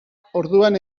orduan